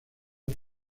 que